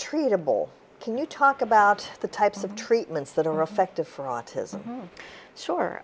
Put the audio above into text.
treatable can you talk about the types of treatments that are effective for autism sure